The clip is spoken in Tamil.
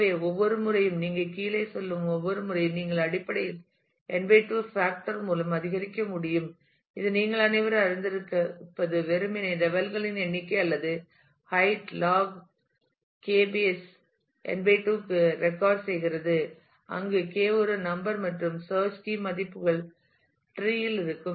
எனவே ஒவ்வொரு முறையும் நீங்கள் கீழே செல்லும் ஒவ்வொரு முறையும் நீங்கள் அடிப்படையில் n 2 பேக்டர் மூலம் அதிகரிக்க முடியும் இது நீங்கள் அனைவரும் அறிந்திருப்பது வெறுமனே லெவல் களின் எண்ணிக்கை அல்லது height log K base base n 2 க்கு ரெக்கார்ட் செய்கிறது அங்கு K ஒரு நம்பர் மற்றும் சேர்ச் கீ மதிப்புகள் டிரீஇல் இருக்கும்